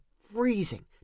freezing